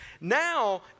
now